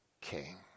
king